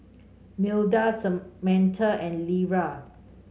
Milda Samatha and Lera